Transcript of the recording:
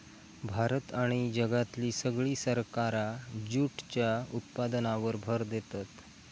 भारत आणि जगातली सगळी सरकारा जूटच्या उत्पादनावर भर देतत